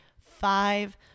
five